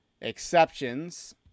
exceptions